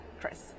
Chris